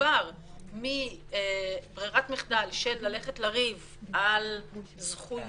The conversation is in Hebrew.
והמעבר מברירת מחדל של ריב על זכויות,